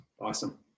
Awesome